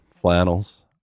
flannels